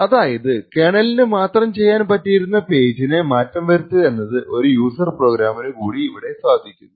അതായതു കേർണലിന് മാത്രം ചെയ്യാൻ പറ്റിയിരുന്ന പേജിനെ മാറ്റം വരുത്തുക എന്നത് ഒരു യൂസർ പ്രോഗ്രാമിന് കൂടി ഇവിടെ സാധിക്കുന്നു